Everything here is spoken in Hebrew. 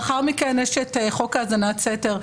לאחר מכן יש את חוק האזנת סתר,